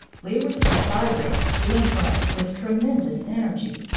we were set vibrating to and fro with tremendous energy,